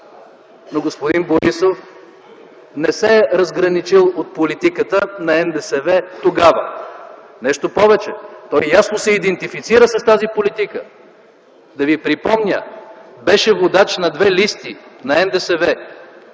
но господин Борисов не се е разграничил от политиката на НДСВ тогава. Нещо повече, той ясно се идентифицира с тази политика. Да ви припомня, беше водач на две листи на НДСВ